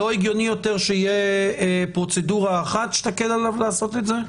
לא הגיוני יותר שתהיה פרוצדורה אחת שתקל עליו לעשות את זה?